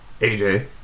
AJ